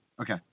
Okay